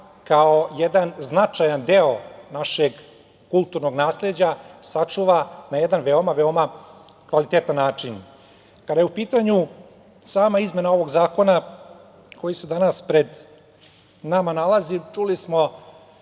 kao jedan značajan deo našeg kulturnog nasleđa sačuva na jedan veoma, veoma kvalitetan način. Kada je u pitanju sama izmena ovog zakona koji se danas nalazi pred nama, čuli smo